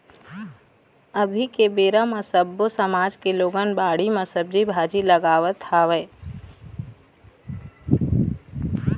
अभी के बेरा म सब्बो समाज के लोगन बाड़ी म सब्जी भाजी लगावत हवय